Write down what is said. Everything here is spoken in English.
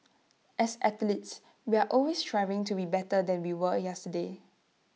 as athletes we are always striving to be better than we were yesterday